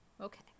okay